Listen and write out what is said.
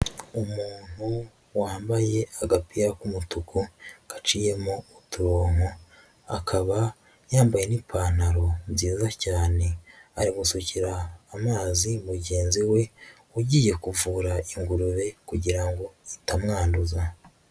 Umuntu wambaye agapira k'umutuku gaciyemo uturonko, akaba yambaye n'ipantaro zyiza cyane, ari gusukira amazi mugenzi we ugiye kuvura ingurube kugira ngo itamwanduza.